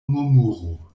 murmuro